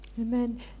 Amen